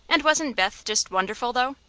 and wasn't beth just wonderful, though?